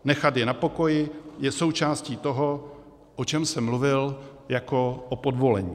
Nechat je na pokoji je součástí toho, o čem jsem mluvil jako o podvolení.